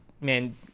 Man